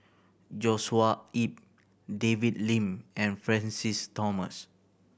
Joshua Ip David Lim and Francis Thomas